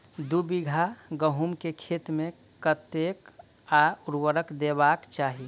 दु बीघा गहूम केँ खेत मे कतेक आ केँ उर्वरक देबाक चाहि?